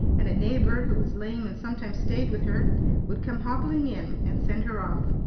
and a neighbor who was lame and sometimes stayed with her would come hobbling in and send her off.